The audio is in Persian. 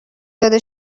داده